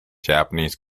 japanese